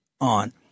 on